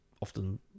often